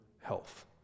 health